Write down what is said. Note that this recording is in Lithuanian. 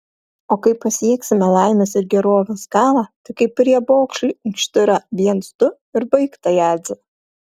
o kai pasieksime laimės ir gerovės galą tai kaip riebokšlį inkštirą viens du ir baigta jadze